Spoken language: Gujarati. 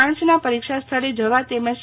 પ ના પરીક્ષા સ્થળે જવા તેમજ તા